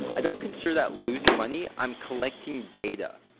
i don't consider that losing money, i'm collecting data.